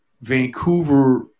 Vancouver